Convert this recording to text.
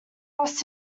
lost